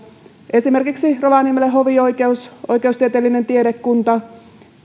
esimerkiksi rovaniemellä hovioikeus oikeustieteellinen tiedekunta